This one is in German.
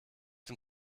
dem